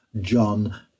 John